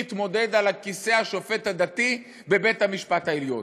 מתמודד על כיסא השופט הדתי בבית-המשפט העליון.